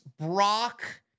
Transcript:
Brock